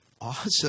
Awesome